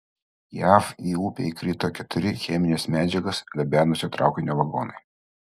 jav į upę įkrito keturi chemines medžiagas gabenusio traukinio vagonai